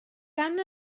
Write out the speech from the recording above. gan